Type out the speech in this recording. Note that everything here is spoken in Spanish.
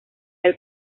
del